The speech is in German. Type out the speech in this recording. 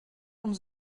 und